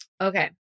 okay